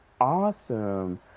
awesome